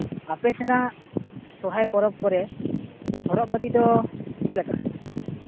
ᱟᱯᱮ ᱥᱮᱱᱟᱜ ᱥᱚᱨᱦᱟᱭ ᱯᱚᱨᱚᱵᱽ ᱠᱚᱨᱮ ᱦᱚᱨᱚᱜ ᱵᱟᱸᱫᱮ ᱫᱚ ᱪᱮᱫ ᱞᱮᱠᱟ